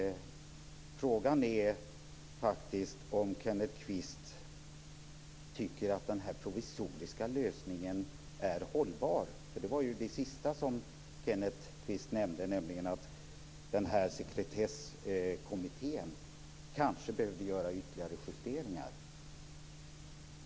Frågan är faktiskt om Kenneth Kvist tycker att den här provisoriska lösningen är hållbar. Det sista som Kenneth Kvist nämnde var att Sekretesskommittén kanske behöver göra ytterligare justeringar.